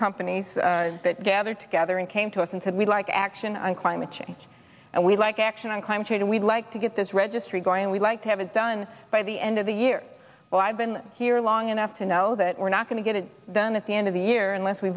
companies that gather together and came to us and said we'd like action on climate change and we'd like action on climate change and we'd like to get this registry going we'd like to have it done by the end of the year well i've been here long enough to know that we're not going to get it done at the end of the year unless we